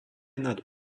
nad